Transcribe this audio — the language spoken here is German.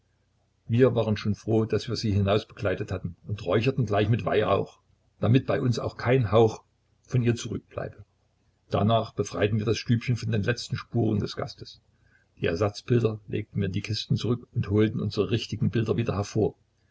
wir waren schon froh daß wir sie hinausbegleitet hatten und räucherten gleich mit weihrauch damit bei uns auch kein hauch von ihr zurückbleibe danach befreiten wir das stübchen von den letzten spuren des gastes die ersatzbilder legten wir in die kisten zurück in den verschlag und holten unsere richtigen bilder wieder hervor